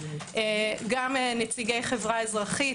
שמענו בתהליך גם נציגי החברה האזרחית.